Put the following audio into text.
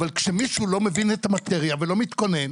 אבל כשמישהו לא מבין את המאטריה ולא מתכונן,